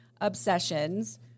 obsessions